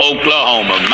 Oklahoma